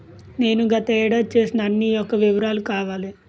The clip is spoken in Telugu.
నేను గత ఏడాది చేసిన అన్ని యెక్క వివరాలు కావాలి?